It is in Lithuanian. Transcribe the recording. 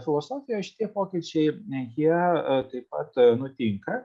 filosofijoje šitie tie pokyčiai jie taip pat nutinka